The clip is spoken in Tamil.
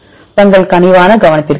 தங்களது கனிவான கவனத்திற்கு நன்றி